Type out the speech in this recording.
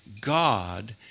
God